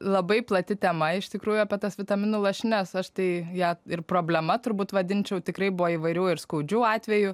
labai plati tema iš tikrųjų apie tas vitaminų lašines aš tai ją ir problema turbūt vadinčiau tikrai buvo įvairių ir skaudžių atvejų